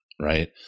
right